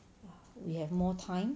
we have more time